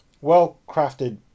well-crafted